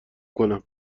کنم